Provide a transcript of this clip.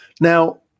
Now